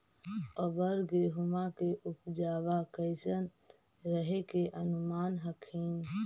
अबर गेहुमा के उपजबा कैसन रहे के अनुमान हखिन?